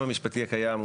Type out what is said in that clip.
הכנה לקריאה ראשונה.